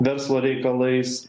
verslo reikalais